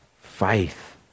Faith